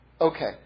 Okay